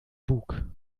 bug